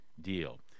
deal